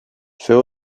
fait